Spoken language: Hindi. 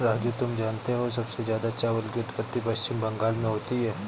राजू तुम जानते हो सबसे ज्यादा चावल की उत्पत्ति पश्चिम बंगाल में होती है